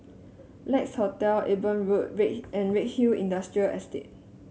Lex Hotel Eben Road and Redhill Industrial Estate